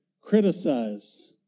criticize